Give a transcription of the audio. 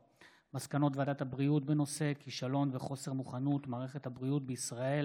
על מסקנות הוועדה לביטחון הפנים בעקבות דיון מהיר בהצעתו של